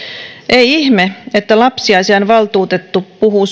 ei ihme että lapsiasiainvaltuutettu puhuu